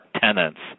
tenants